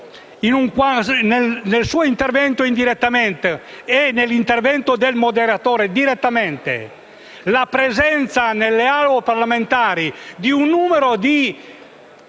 nel suo intervento indirettamente e nell'intervento del moderatore direttamente, la presenza nelle Aule parlamentari di un numero di